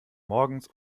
morgens